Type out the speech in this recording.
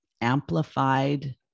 amplified